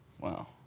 Wow